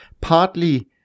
partly